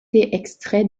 extrait